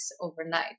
overnight